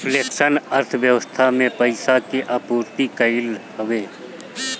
reflection अर्थव्यवस्था में पईसा के आपूर्ति कईल हवे